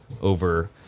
over